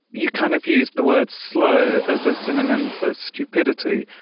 you kind of use the word slow as a synonym for stupidity,